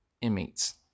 inmates